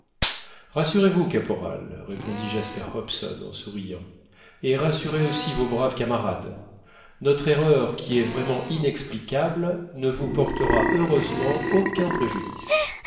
rassurez-vous caporal répondit jasper hobson en souriant et rassurez aussi vos braves camarades notre erreur qui est vraiment inexplicable ne vous portera heureusement aucun préjudice